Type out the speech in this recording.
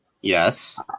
Yes